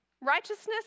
righteousness